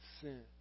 sin